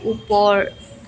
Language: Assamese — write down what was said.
ওপৰ